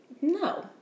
No